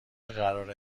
قرار